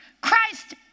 Christ